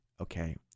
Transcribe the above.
okay